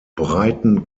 breiten